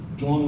John